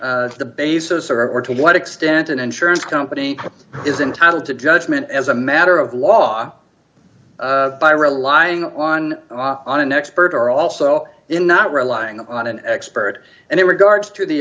the basis or or to what extent an insurance company is entitled to judgment as a matter of law by relying on an expert or also in not relying on an expert and it regards to the